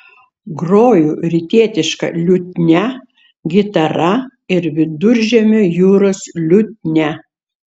groju rytietiška liutnia gitara ir viduržemio jūros liutnia